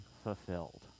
fulfilled